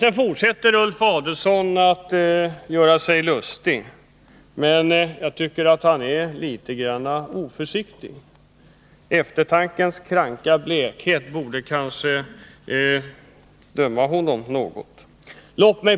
Sedan fortsätter Ulf Adelsohn att göra sig lustig, men jag tycker att han är litet oförsiktig. Eftertankens kranka blekhet borde kanske drabba honom något litet.